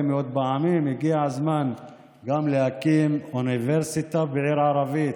מאוד פעמים: הגיע הזמן להקים אוניברסיטה בעיר ערבית.